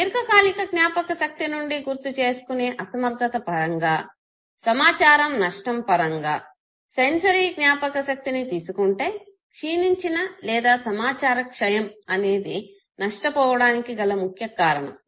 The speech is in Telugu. దీర్ఘకాలిక జ్ఞాపకశక్తినుండి గుర్తు చేసుకునే అసమర్థత పరంగా సమాచార నష్టం పరంగా సెన్సరీ జ్ఞాపకశక్తిని తీసుకుంటే క్షీణించిన లేదా సమాచార క్షయం అనేది నష్ట పోవడానికి గల ఒక ముఖ్య కారణం